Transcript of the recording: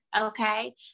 okay